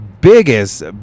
biggest